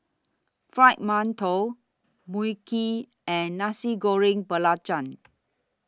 Fried mantou Mui Kee and Nasi Goreng Belacan